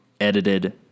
edited